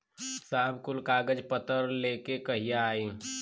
साहब कुल कागज पतर लेके कहिया आई?